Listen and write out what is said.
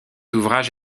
ouvrage